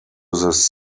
this